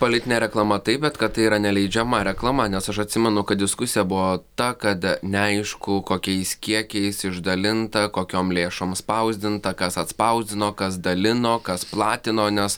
politinė reklama taip bet kad tai yra neleidžiama reklama nes aš atsimenu kad diskusija buvo ta kad neaišku kokiais kiekiais išdalinta kokiom lėšom spausdinta kas atspausdino kas dalino kas platino nes